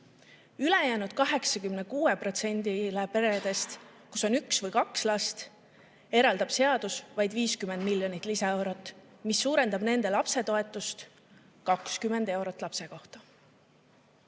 Ülejäänud 86%‑le peredest, kus on üks või kaks last, eraldab seadus vaid 50 miljonit lisaeurot, mis suurendab nende lapsetoetust 20 eurot lapse